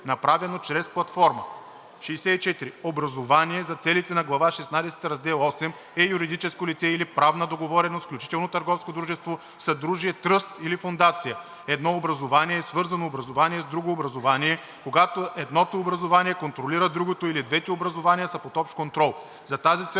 направено чрез платформа. 64. „Образувание“ за целите на глава шестнадесета, раздел VIII е юридическо лице или правна договореност, включително търговско дружество, съдружие, тръст или фондация. Едно образувание е „свързано образувание“ с друго образувание, когато едното образувание контролира другото или двете образувания са под общ контрол. За тази цел